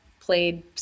played